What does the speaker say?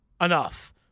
enough